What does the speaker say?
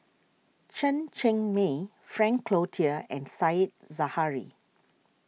Chen Cheng Mei Frank Cloutier and Said Zahari